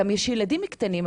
גם יש ילדים קטנים,